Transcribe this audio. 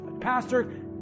pastor